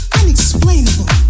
unexplainable